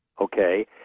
okay